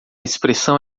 expressão